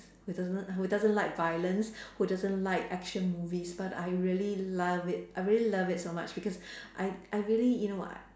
who doesn't who doesn't like violence who doesn't like action movies but I really love it I really love it so much because I I really you know uh